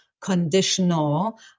conditional